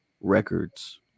records